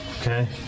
Okay